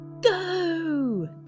Go